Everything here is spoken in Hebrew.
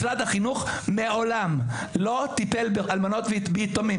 משרד החינוך מעולם לא טיפל ביתומים.